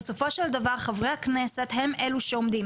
בסופו של דבר חברי הכנסת הם אלו שעומדים,